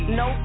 no